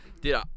Dude